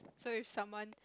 so if someone